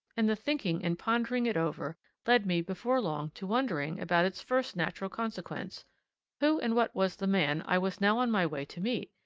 and the thinking and pondering it over led me before long to wondering about its first natural consequence who and what was the man i was now on my way to meet,